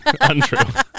Untrue